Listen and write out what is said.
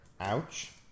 Ouch